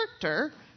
character